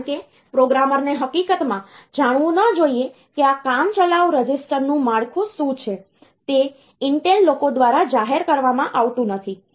કારણ કે પ્રોગ્રામરને હકીકતમાં જાણવું ન જોઈએ કે આ કામચલાઉ રજીસ્ટરનું માળખું શું છે તે ઇન્ટેલ લોકો દ્વારા જાહેર કરવામાં આવતું નથી